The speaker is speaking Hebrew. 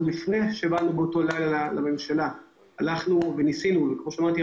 לפני שהלכנו באותו לילה לממשלה הלכנו וניסינו וכמו שאמרתי,